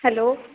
hello